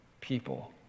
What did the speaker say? people